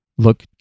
Look